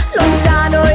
lontano